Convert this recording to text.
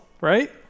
right